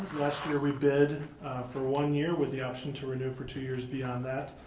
last year we bid for one year with the option to renew for two years beyond that.